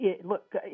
Look